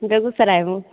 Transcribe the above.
बेगुसरायमे